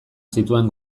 zituen